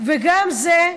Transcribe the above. וגם זה,